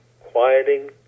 quieting